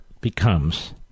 becomes